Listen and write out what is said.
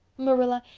marilla,